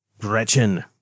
Gretchen